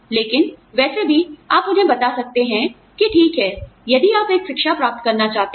लेकिन वैसे भी आप उन्हें बता सकते हैं कि ठीक है यदि आप एक शिक्षा प्राप्त करना चाहते हैं